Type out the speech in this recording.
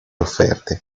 offerte